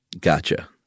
Gotcha